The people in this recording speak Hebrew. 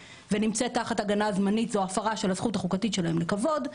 ונמצאת תחת הגנה זמנית זו הפרה של הזכות החוקתית שלהם לכבוד.